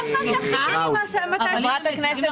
חברת הכנסת